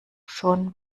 schon